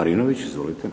Marinović. Izvolite.